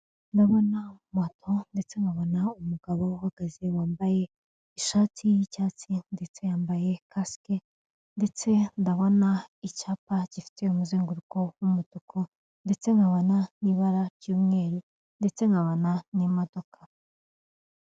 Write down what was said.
Ndabona moto ndetse nkabona umugabo uhagaze wambaye ishati y'icyatsi ndetse yambaye Kasike ndetse ndabona icyapa gifite umuzenguruko w'umutuku, ndetse nkabona n'ibara ry'umweru ndetse nkabona n'imodoka.